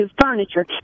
furniture